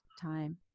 time